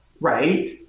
right